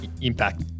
impact